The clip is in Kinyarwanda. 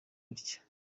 gutya